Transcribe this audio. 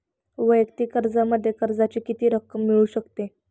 वैयक्तिक कर्जामध्ये कर्जाची किती रक्कम मिळू शकते?